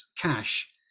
cash